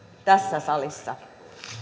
tässä salissa